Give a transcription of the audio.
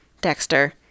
Dexter